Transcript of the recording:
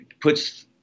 puts